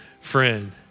friend